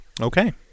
Okay